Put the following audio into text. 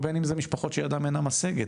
או בין אם זה משפחות שידם אינה משגת.